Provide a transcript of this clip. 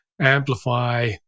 amplify